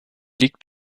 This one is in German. liegt